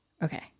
Okay